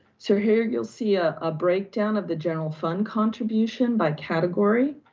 so here you'll see a ah breakdown of the general fund contribution by category.